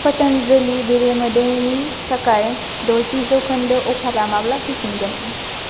पतन्जलि बेरे मोदैनि थाखाय द'जि जौखोन्दो अफारा माब्ला फैफिनगोन